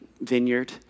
vineyard